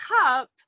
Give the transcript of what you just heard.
cup